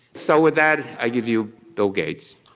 so with that i give you bill gates.